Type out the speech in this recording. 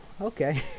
okay